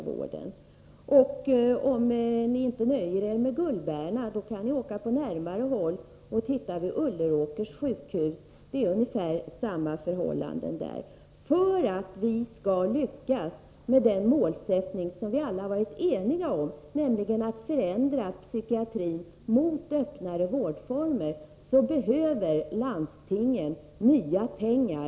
Om ni inte nöjer er med Gullberna sjukhus kan ni på närmare håll studera Ulleråkers sjukhus — det är ungefär samma förhållanden där. För att vi skall lyckas med den målsättning som vi alla har varit eniga om, nämligen att förändra psykiatrin mot öppnare vårdformer, behöver landstingen nya pengar.